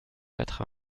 quatre